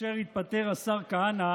כאשר התפטר השר כהנא